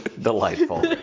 delightful